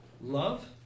love